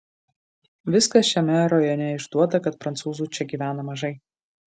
viskas šiame rajone išduoda kad prancūzų čia gyvena mažai